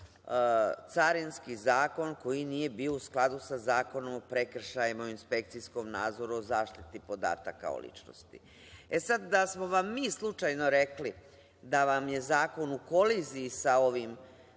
Carinski zakon koji nije bio u skladu sa Zakonom o prekršajima, o inspekcijskom nadzoru, o zaštiti podataka o ličnosti. Da smo vam mi slučajno rekli da vam je zakon u koliziji sa ovim